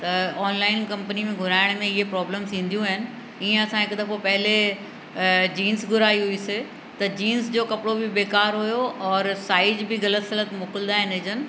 त online company में घुराइण में इहे प्रॉब्लम थींदियूं आहिनि ईअं असां हिकु दफ़ो पहिले जींस घुराई हुअसीं त जींस जो कपिड़ो बि बेकारु हुओ और साइज़ बि ग़लति सलत मोकिलींदा आहिनि इहे जन